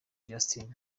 justin